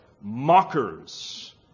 mockers